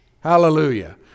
Hallelujah